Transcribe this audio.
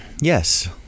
Yes